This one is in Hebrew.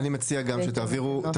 קצא״א, אני מציעה שתעבירו